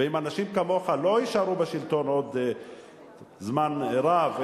ועם אנשים כמוך לא תישארו בשלטון עוד זמן רב,